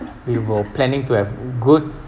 we were planning to have good